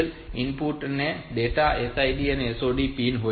તેથી તેના માટે ત્યાં SID અને SOD પિન હોય છે